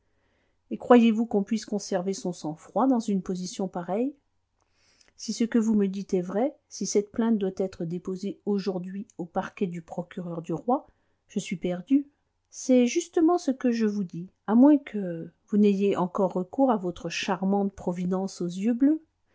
et croyez-vous qu'on puisse conserver son sang-froid dans une position pareille si ce que vous me dites est vrai si cette plainte doit être déposée aujourd'hui au parquet du procureur du roi je suis perdu c'est justement ce que je vous dis à moins que vous n'ayez encore recours à votre charmante providence aux yeux bleus